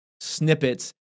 snippets